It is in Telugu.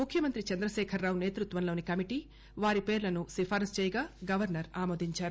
ముఖ్యమంతి చందశేఖర్రావు నేత్పత్వంలోని కమిటి వారి పేర్లను సిఫారసు చేయగా గవర్నర్ ఆమోదించారు